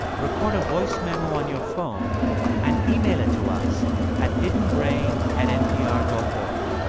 record a voice memo on your phone and email it to us at hiddenbrain at npr dot ah like